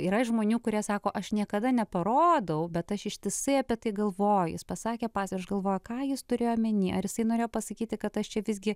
yra žmonių kurie sako aš niekada neparodau bet aš ištisai apie tai galvoju pasakė pastabą ir aš galvoju ką jis turėjo omeny ar jisai norėjo pasakyti kad aš čia visgi